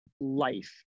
life